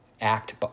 act